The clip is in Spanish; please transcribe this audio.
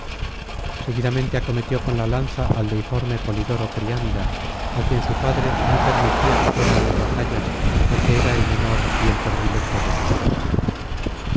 seguidamente acometió con la lanza al deiforme polidoro priámida á quien su padre no permitía que fuera á las batallas porque era el menor y el predilecto de sus hijos